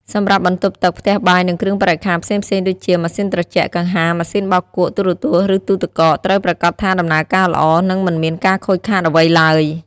សម្រាប់បន្ទប់ទឹក ផ្ទះបាយ និងគ្រឿងបរិក្ខារផ្សេងៗដូចជា ម៉ាស៊ីនត្រជាក់ កង្ហារ ម៉ាស៊ីនបោកគក់ ទូរទស្សន៍ ឬទូទឹកកក ត្រូវប្រាកដថាដំណើរការល្អ និងមិនមានការខូចខាតអ្វីឡើយ។